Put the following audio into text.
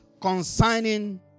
concerning